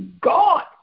God